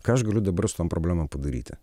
ką aš galiu dabar su tom problemom padaryti